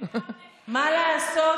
אבל זה לנכים,